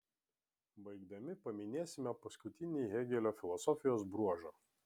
baigdami paminėsime paskutinį hėgelio filosofijos bruožą